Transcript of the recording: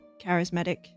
charismatic